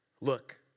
Look